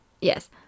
yes